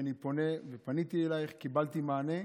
כשאני פונה, ופניתי אלייך, קיבלתי מענה,